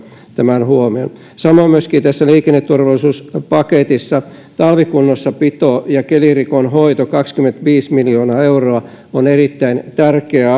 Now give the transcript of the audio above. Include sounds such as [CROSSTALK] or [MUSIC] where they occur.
tämän huomioon samoin tässä liikenneturvallisuuspaketissa talvikunnossapito ja kelirikon hoito kaksikymmentäviisi miljoonaa euroa on erittäin tärkeä [UNINTELLIGIBLE]